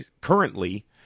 currently